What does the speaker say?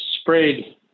sprayed